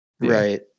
Right